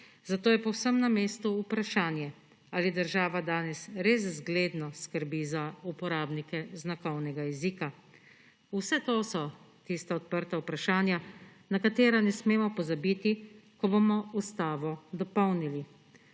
Zato je povsem na mestu vprašanje, ali država danes res zgledno skrbi za uporabnike znakovnega jezika. Vse to so tista odprta vprašanja, na katera ne smemo pozabiti, ko bomo ustavo dopolnili.